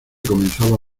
comenzaba